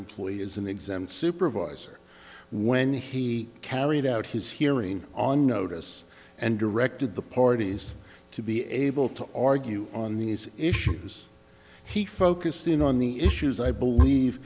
employee is an exempt supervisor when he carried out his hearing on notice and directed the parties to be able to argue on these issues he focused in on the issues i believe